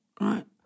right